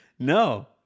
No